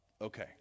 Okay